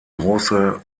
große